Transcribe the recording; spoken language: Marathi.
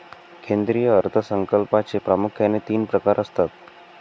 केंद्रीय अर्थ संकल्पाचे प्रामुख्याने तीन प्रकार असतात